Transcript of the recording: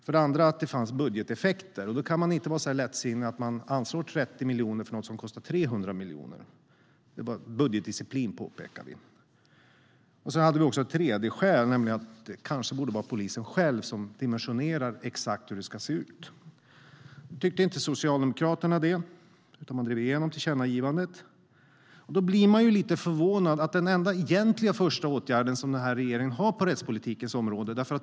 För det andra fanns det budgeteffekter. Man kan inte vara så lättsinnig att man anslår 30 miljoner för något som kostar 300 miljoner; det är budgetdisciplin, påpekade vi. Vi hade också ett tredje skäl, nämligen att det kanske borde vara polisen själv som dimensionerar exakt hur det ska se ut. Nu tyckte inte Socialdemokraterna det, utan de drev igenom tillkännagivandet. Därför blir jag lite förvånad över den enda egentliga första åtgärd den här regeringen har på rättspolitikens område.